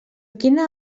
quina